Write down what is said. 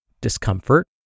discomfort